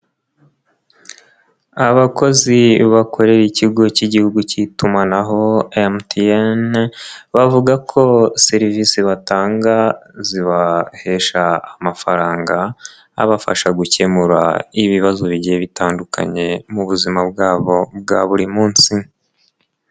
Abakozi bakorera ikigo cy'igihugu cy'itumanaho MTN bavuga ko serivisi batanga zibahesha amafaranga abafasha gukemura ibibazo bigiye bitandukanye mu buzima bwabo bwa buri munsi.